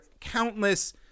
countless